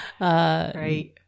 right